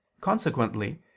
Consequently